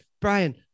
brian